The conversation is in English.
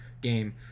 game